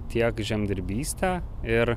tiek žemdirbyste ir